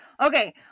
Okay